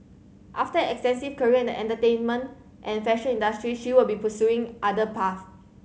after extensive career and the entertainment and fashion industries she would be pursuing other path